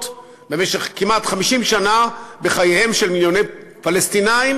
במשך כמעט 50 שנה בחייהם של מיליוני פלסטינים